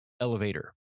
Elevator